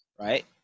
right